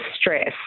stress